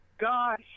God